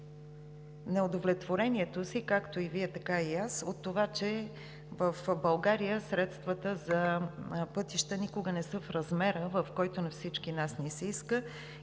неудовлетворението си – както и Вие, така и аз, от това, че в България средствата за пътища никога не са в размера, в който на всички нас ни се иска.